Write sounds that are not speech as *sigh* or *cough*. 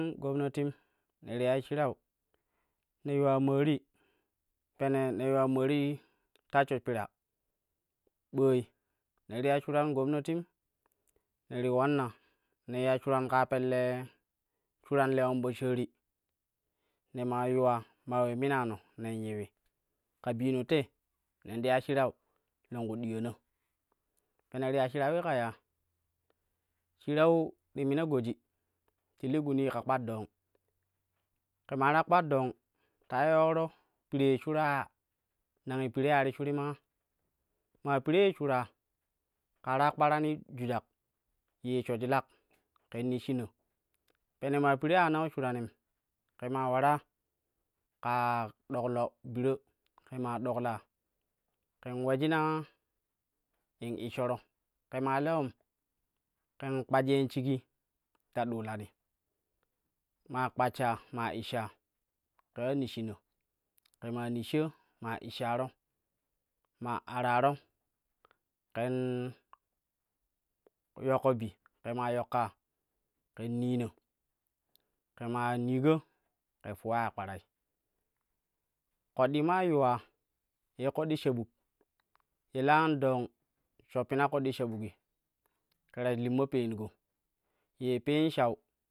*hesitation* gobnatim ne ti yai shu-irau ne yuwa maari, pene ne yuwa maari tashsho pira ɓooi ne ti ya shurun gobnatim ti ulanna nen ya shuran kaa pelle shuran lewan po shaari ne maa yuwa ma we minano nen yiwi ka bino te na ti ya shiran longku diyana pene ti. Ya shurauwi ka ya, shirau ti mina goji ti li gunii ka kpar dong, kema ta kpar dong, ta yoro piree shura ya nangi piree a ti shurim maa. Maa piree shura ke ta ra kparanii jujak yee shojilale ken nishshina pene maa piree anau shuranim ke maa ulara ka ɗoklo biro, ke maa ɗokla ken ulejina in ishshoro ke maa lewam ken kpajyun shigi ta ɗuulani, maa kpasha maa ishsha ken wa nishshina ke maa nishsha maa ishshara maa araro yokko bi, ke maa yokka ken nina ke maa niga ke fuwa ya kparai. Ƙoɗɗi maa yuwa yee ƙoɗɗi sha buk ye la na dong shoppina ƙoɗɗi sha ɓukgi ke ta limma peengo yee peen shau